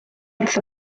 wrth